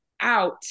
out